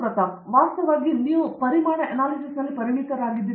ಪ್ರತಾಪ್ ಹರಿಡೋಸ್ ಆದ್ದರಿಂದ ನೀವು ವಾಸ್ತವವಾಗಿ ಪರಿಮಾಣ ಅನಾಲಿಸಿಸ್ನಲ್ಲಿ ಪರಿಣಿತರಾಗಿದ್ದೀರಿ